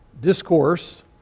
discourse